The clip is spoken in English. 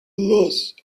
loss